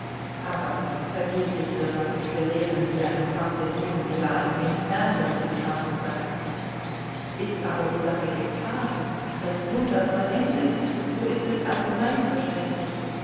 aber vergeblich wird man uns belehren wie ein parthenon oder ein inferno zu schaffen sei ist aber die sache getan das wunder vollendet so ist es allgemeinverständlich